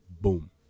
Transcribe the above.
boom